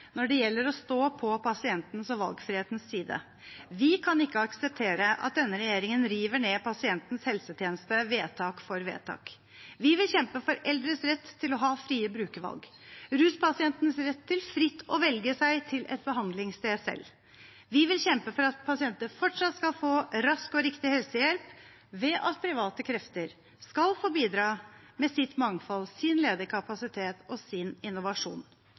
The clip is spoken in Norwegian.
når det gjelder å stå på pasientens og valgfrihetens side. Vi kan ikke akseptere at denne regjeringen river ned pasientens helsetjeneste vedtak for vedtak. Vi vil kjempe for eldres rett til å ha frie brukervalg, ruspasientenes rett til fritt å velge seg til et behandlingssted selv. Vi vil kjempe for at pasienter fortsatt skal få rask og riktig helsehjelp ved at private krefter skal få bidra med sitt mangfold, sin ledige kapasitet og sin innovasjon.